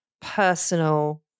personal